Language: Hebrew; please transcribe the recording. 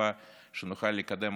בתקווה שנוכל לקדם